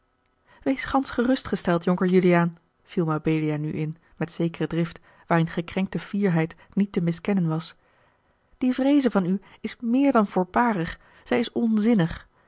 wees gansch gerustgesteld jonker juliaan viel mabelia nu in met zekere drift waarin gekrenkte fierheid niet te miskennen was die vreeze van u is meer dan voorbarig zij is onzinnig